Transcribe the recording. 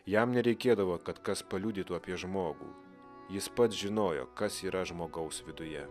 jam nereikėdavo kad kas paliudytų apie žmogų jis pats žinojo kas yra žmogaus viduje